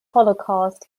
holocaust